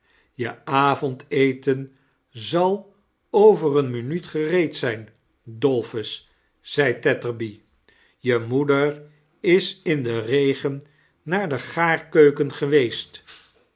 je avondeten zal over een mdnuut gereed zijn dolphus zed tetterby je moeder is in den regen naar de gaarkeuken geweest